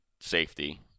safety